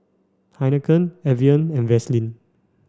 Heinekein Evian and Vaseline